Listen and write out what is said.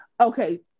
Okay